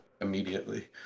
immediately